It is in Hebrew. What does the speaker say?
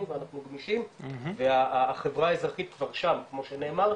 ואנחנו גמישים והחברה האזרחית כבר שם כמו שנאמר,